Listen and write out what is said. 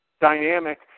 dynamic